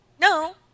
No